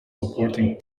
supporting